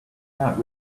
not